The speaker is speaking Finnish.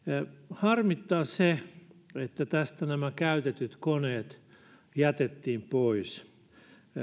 harmittaa se että tästä nämä käytetyt koneet jätettiin pois